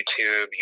YouTube